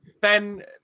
Ben